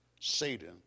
Satan